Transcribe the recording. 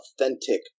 authentic